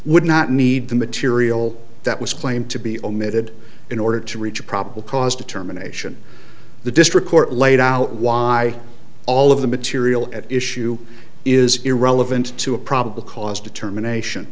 would not need the material that was claimed to be omitted in order to reach a probable cause determination the district court laid out why all of the material at issue is irrelevant to a probable cause determination